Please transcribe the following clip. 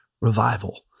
revival